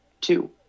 two